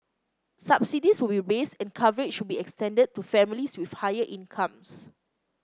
subsidies will be raised and coverage will be extended to families with higher incomes